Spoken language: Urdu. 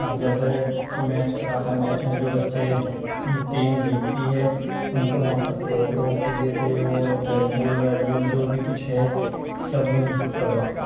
جیسا میچ کراتا میں میچ میں جو بچے ٹیم جیتتی ہے ان کو وہاں پر ٹرافی ورافی دیتے اور بیڈ بال ویڈ بال جو بھی کچھ ہے سب کرواتا